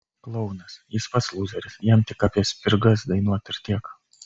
klounas jis pats lūzeris jam tik apie spirgas dainuot ir tiek